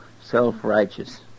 self-righteous